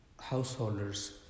householders